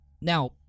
now